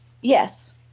Yes